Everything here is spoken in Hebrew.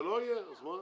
שלא יהיה, אז מה?